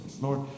Lord